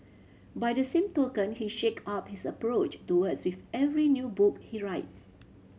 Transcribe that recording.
by the same token he shake up his approach to words with every new book he writes